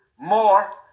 more